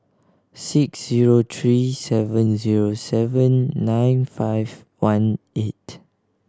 six zero three seven zero seven nine five one eight